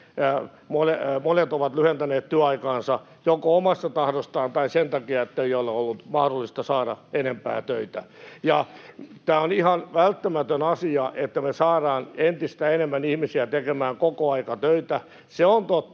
monet ovat lyhentäneet työaikaansa joko omasta tahdostaan tai sen takia, ettei ole ollut mahdollista saada enempää töitä. On ihan välttämätön asia, että me saadaan entistä enemmän ihmisiä tekemään kokoaikatöitä. Se on totta,